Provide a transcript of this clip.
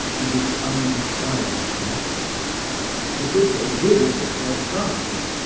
in the unpliant metal with the de viribus herbarum,